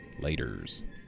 Laters